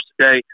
today